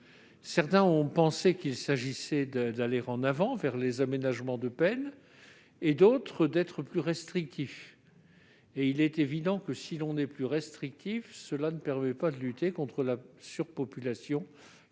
Certains ont pensé qu'il s'agissait d'avancer vers les aménagements de peine et d'autres d'être plus restrictif. Il est évident qu'être plus restrictif ne permettra pas de lutter contre la surpopulation